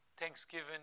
Thanksgiving